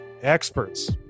experts